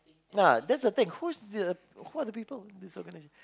ya that's the thing who's the who are the people this organisation